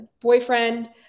boyfriend